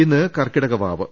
ഇന്ന് കർക്കിടക വാവ്